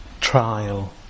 trial